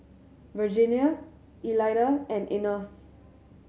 Virginia Elida and Enos